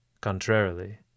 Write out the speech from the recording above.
contrarily